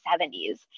70s